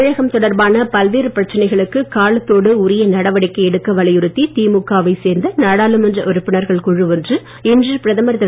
தமிழகம் தொடர்பான பல்வேறு பிரச்சனைகளுக்கு காலத்தோடு உரிய நடவடிக்கை எடுக்க வலியுறுத்தி திமுக வைச் சேர்ந்த நாடாளுமன்ற உறுப்பினர்கள் குழு ஒன்று இன்று பிரதமர் திரு